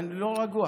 אני לא רגוע.